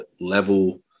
level